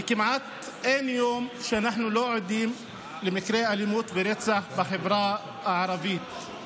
וכמעט אין יום שאנחנו לא עדים למקרי אלימות ורצח בחברה הערבית.